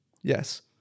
Yes